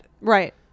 Right